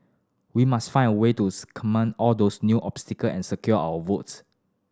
we must find a way to circumvent all those new obstacle and secure our votes